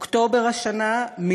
אוקטובר השנה,